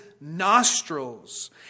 nostrils